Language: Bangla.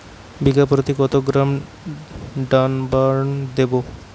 বিঘাপ্রতি কত গ্রাম ডাসবার্ন দেবো?